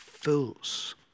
fools